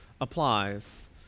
applies